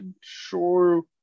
sure